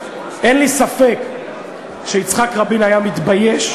אין לי ספק שיצחק רבין היה מתבייש.